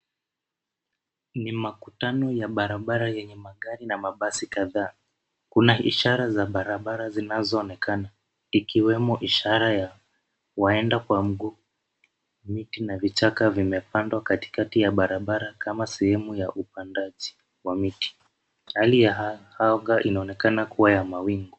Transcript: Ni makutano ya barabara yenye magari na mabasi kadhaa. Kuna ishara za barabara zinazoonekana ikiwemo ishara ya waenda kwa mguu. Miti na vichaka vimepandwa katikati ya barabara kama sehemu ya upandaji wa miti. Hali ya anga inaonekana kuwa ya mawingu.